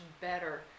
better